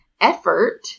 effort